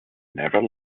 never